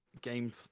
game